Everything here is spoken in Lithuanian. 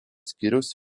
skyriaus